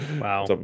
Wow